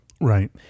Right